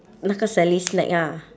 那个 sally snack ah